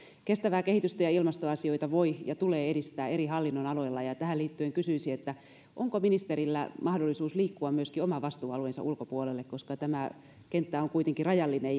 kestävää kehitystä ja ilmastoasioita voi ja tulee edistää eri hallinnonaloilla ja tähän liittyen kysyisin onko ministerillä mahdollisuus liikkua myöskin oman vastuualueensa ulkopuolelle koska tämä kenttä on kuitenkin rajallinen